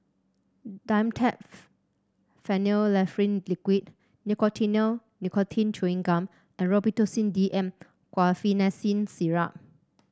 Dimetapp Phenylephrine Liquid Nicotinell Nicotine Chewing Gum and Robitussin D M Guaiphenesin Syrup